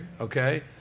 okay